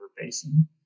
Basin